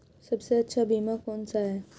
सबसे अच्छा बीमा कौन सा है?